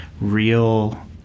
real